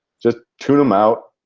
just tune them out.